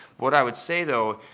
what i would say, though,